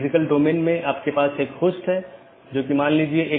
और यह मूल रूप से इन पथ विशेषताओं को लेता है